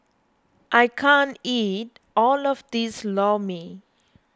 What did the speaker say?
I can't eat all of this Lor Mee